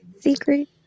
Secret